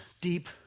deep